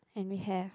and we have